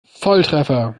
volltreffer